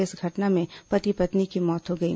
इस घटना में पति पत्नी की मौत हो गई